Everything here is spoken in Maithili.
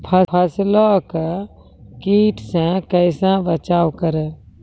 फसलों को कीट से कैसे बचाव करें?